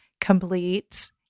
complete